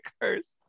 curse